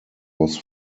was